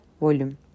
Volume